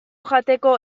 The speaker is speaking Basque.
jateko